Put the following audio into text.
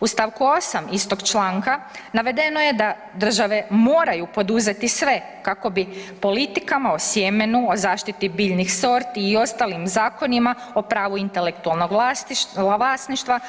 U st. 8. istog članka navedeno je da države moraju poduzeti sve kako bi politikama o sjemenu o zaštiti biljnih sorti i ostalim Zakonima o pravu intelektualnog vlasništva,